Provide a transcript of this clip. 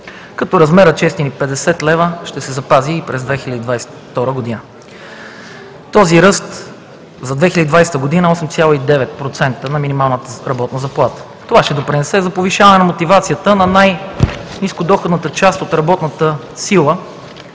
като размерът от 650 лв. ще се запази и през 2022 г. Този ръст за 2020 г. е 8,9% на минималната работна заплата. Това ще допринесе за повишаване мотивацията на най-нискодоходната част от работната сила